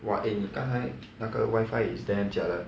!wah! eh 你刚才那个 wifi is damn jialat